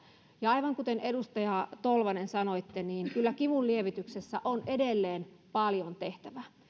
ja aivan kuten edustaja tolvanen sanoitte kyllä kivunlievityksessä on edelleen paljon tehtävää